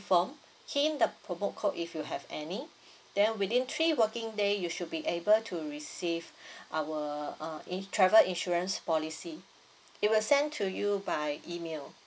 form key in the promo code if you have any then within three working day you should be able to receive our uh in~ travel insurance policy it will send to you by email